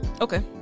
Okay